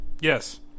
yes